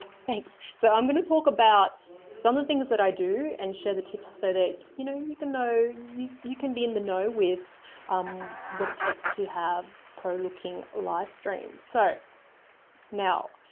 thanks! so i'm going to talk about some of the things that i do and share the tips so that you know, you can know, you you can be in the know with um what it takes to have pro looking live streams. so now,